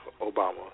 Obama